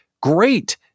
great